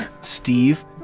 Steve